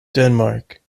denmark